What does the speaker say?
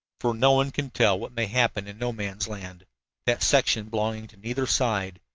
for no one can tell what may happen in no man's land that section belonging to neither side,